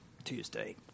Tuesday